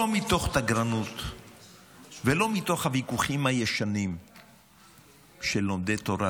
לא מתוך תגרנות ולא מתוך הוויכוחים הישנים של לומדי תורה,